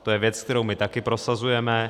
To je věc, kterou my také prosazujeme.